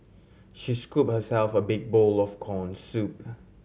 she scoop herself a big bowl of corn soup